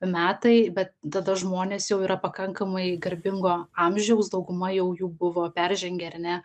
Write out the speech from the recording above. metai bet tada žmonės jau yra pakankamai garbingo amžiaus dauguma jau jų buvo peržengę ar ne